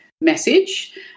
message